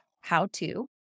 how-to